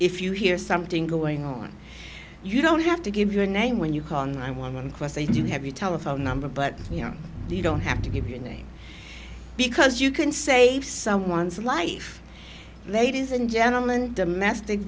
if you hear something going on you don't have to give your name when you call and i want them close and you have your telephone number but you know you don't have to give your name because you can save someone's life ladies and gentleman domestic